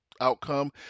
outcome